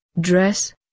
dress